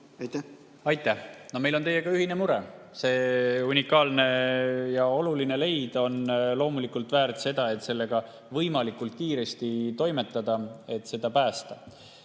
Aitäh! Meil on teiega ühine mure. See unikaalne ja oluline leid on loomulikult väärt seda, et sellega võimalikult kiiresti toimetada, et seda päästa.